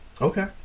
Okay